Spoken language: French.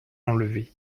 enlevés